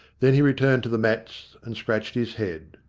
then he returned to the mats and scratched his head.